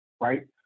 right